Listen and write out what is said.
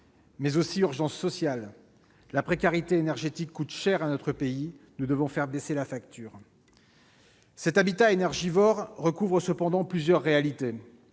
mais aussi urgence sociale. La précarité énergétique coûte cher à notre pays, et nous devons faire baisser la facture. Cet habitat énergivore recouvre plusieurs réalités